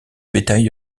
bétail